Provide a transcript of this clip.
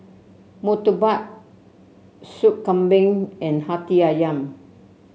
murtabak Sup Kambing and hati ayam